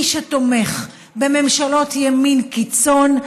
מי שתומך בממשלות ימין קיצון,